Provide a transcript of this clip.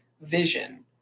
vision